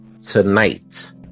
tonight